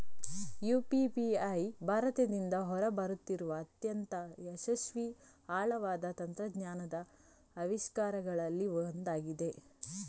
UPI ಭಾರತದಿಂದ ಹೊರ ಬರುತ್ತಿರುವ ಅತ್ಯಂತ ಯಶಸ್ವಿ ಆಳವಾದ ತಂತ್ರಜ್ಞಾನದ ಆವಿಷ್ಕಾರಗಳಲ್ಲಿ ಒಂದಾಗಿದೆ